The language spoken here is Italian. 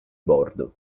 bordo